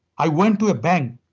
i went to a bank.